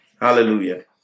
Hallelujah